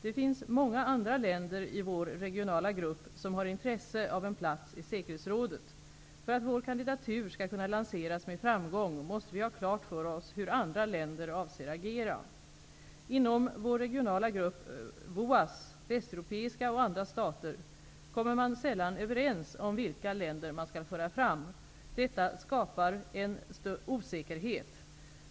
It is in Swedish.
Det finns många andra länder i vår regionala grupp som har intresse av en plats i säkerhetsrådet. För att vår kandidatur skall kunna lanseras med framgång måste vi ha klart för oss hur andra länder avser agera. Inom vår regionala grupp VOAS -- Västeuropeiska och andra Stater -- kommer man sällan överens om vilka länder man skall föra fram. Detta skapar en osäkerhet.